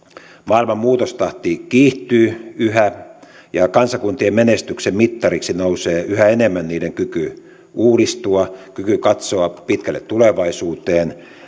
maailman muutostahti kiihtyy yhä ja kansakuntien menestyksen mittariksi nousee yhä enemmän niiden kyky uudistua kyky katsoa pitkälle tulevaisuuteen